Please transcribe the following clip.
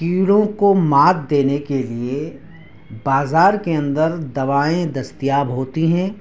کیڑوں کو مات دینے کے لیے بازار کے اندر دوائیں دستیاب ہوتی ہیں